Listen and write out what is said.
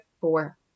four